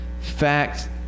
fact